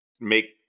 make